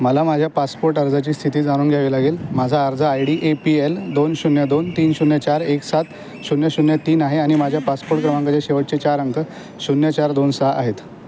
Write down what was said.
मला माझ्या पासपोट अर्जाची स्थिती जाणून घ्यावी लागेल माझा अर्ज I D A P L दोन शून्य दोन तीन शून्य चार एक सात शून्य शून्य तीन आहे आणि माझ्या पासपोट क्रमांकाचे शेवटचे चार अंक शून्य चार दोन सहा आहेत